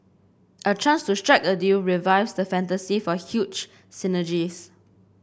a chance to strike a deal revives the fantasy for huge synergies